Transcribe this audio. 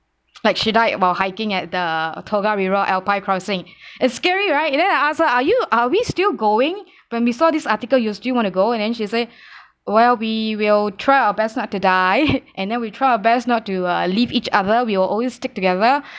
like she died while hiking at the tongariro alpine crossing it's scary right and then I asked her are you are we still going when we saw this article you still want to go and then she say well we will try our best not to die and then we try our best not to leave each other we will always stick together